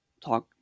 talk